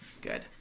good